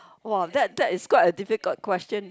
!wow! that that is quite a difficult question